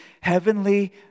heavenly